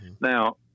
now